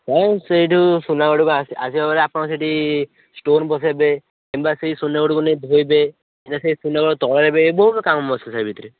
ନାହିଁ ସେଇ ଯେଉଁ ସୁନାଗଡ଼କୁ ଆପଣ ସେଠି ଷ୍ଟୋର ବସେଇବେ ବହୁତ କାମ ଅଛି ସେଇ ଭିତରେ